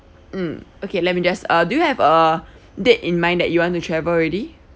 mm okay let me just uh do you have a date in mind that you want to travel already